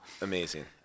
amazing